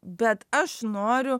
bet aš noriu